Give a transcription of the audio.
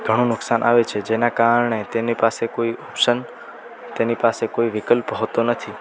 ઘણું નુકશાન આવે છે જેનાં કારણે તેની પાસે કોઈ ઓપ્શન તેની પાસે કોઈ વિકલ્પ હોતો નથી